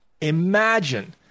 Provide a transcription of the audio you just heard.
imagine